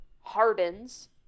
hardens